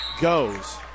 goes